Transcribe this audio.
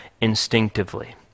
instinctively